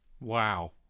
Wow